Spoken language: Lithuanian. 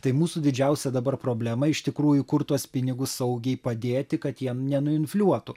tai mūsų didžiausia dabar problema iš tikrųjų kur tuos pinigus saugiai padėti kad jie nenuinfliuotų